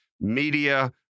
media